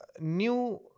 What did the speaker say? new